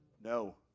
No